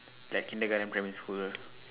like kindergarden primary school